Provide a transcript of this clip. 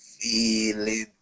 feeling